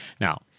Now